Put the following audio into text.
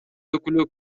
өкүлү